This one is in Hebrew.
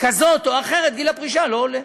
כזאת או אחרת, גיל הפרישה לא עולה.